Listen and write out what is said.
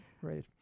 great